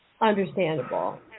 Understandable